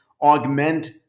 augment